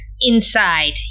inside